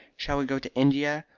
shall we go to india,